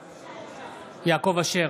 בעד יעקב אשר,